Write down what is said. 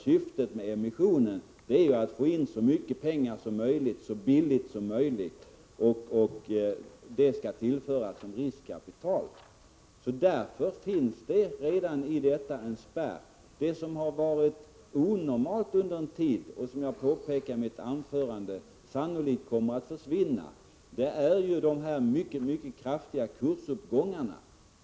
Syftet med emissionen är givetvis att få in så mycket pengar som möjligt så billigt som möjligt för att tillföra företaget detta som riskkapital. Redan däri finns en spärr. Det som har funnits under en tid och som, vilket jag påpekade i mitt huvudanförande, sannolikt kommer att försvinna, är de mycket kraftiga kursuppgångarna.